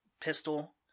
pistol